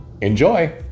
Enjoy